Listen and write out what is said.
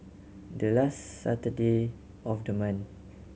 the last Saturday of the month